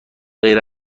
غیر